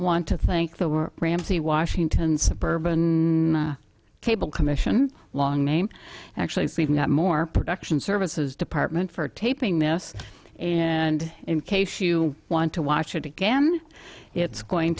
want to think that we're ramsi washington suburban cable commission long name actually sleeping out more production services department for taping this and in case you want to watch it again it's going